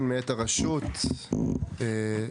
בבקשה.